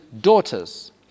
daughters